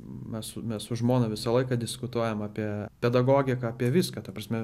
mes mes su žmona visą laiką diskutuojam apie pedagogiką apie viską ta prasme